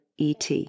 ET